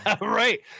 Right